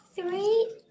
Three